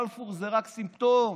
בלפור זה רק סימפטום.